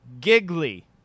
Giggly